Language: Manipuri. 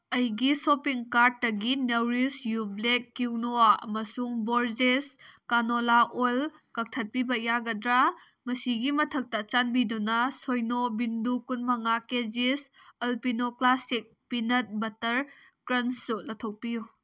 ꯑꯩꯒꯤ ꯁꯣꯞꯄꯤꯡ ꯀꯥꯔꯗꯇꯒꯤ ꯅꯧꯔꯤꯁ ꯌꯨ ꯕ꯭ꯂꯦꯛ ꯀ꯭ꯌꯨꯅꯣꯋꯥ ꯑꯃꯁꯨꯡ ꯕꯣꯔꯖꯦꯁ ꯀꯥꯅꯣꯂꯥ ꯑꯣꯏꯜ ꯀꯛꯊꯠꯄꯤꯕ ꯌꯥꯒꯗ꯭ꯔ ꯃꯁꯤꯒꯤ ꯃꯊꯛꯇ ꯆꯥꯟꯕꯤꯗꯨꯅ ꯁꯤꯅꯣ ꯕꯤꯟꯗꯨ ꯀꯨꯟꯃꯉꯥ ꯀꯦꯖꯤꯁ ꯑꯜꯄꯤꯅꯣ ꯀ꯭ꯂꯥꯁꯤꯛ ꯄꯤꯅꯠ ꯕꯇꯔ ꯀ꯭ꯔꯟꯁꯨ ꯂꯧꯊꯣꯛꯄꯤꯌꯨ